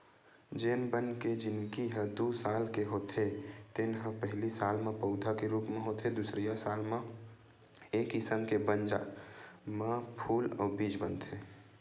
जेन बन के जिनगी ह दू साल के होथे तेन ह पहिली साल म पउधा के रूप म होथे दुसरइया साल म ए किसम के बन म फूल अउ बीज बनथे